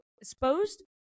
exposed